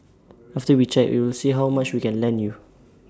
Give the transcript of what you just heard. after we check we will see how much we can lend you